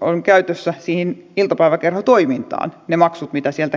on käytössä siihen iltapäiväkerhotoimintaan kaikki ne maksut mitä sieltä kerätään